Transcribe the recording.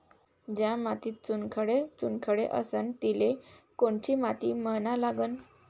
ज्या मातीत चुनखडे चुनखडे असन तिले कोनची माती म्हना लागन?